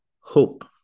hope